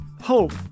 hope